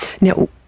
Now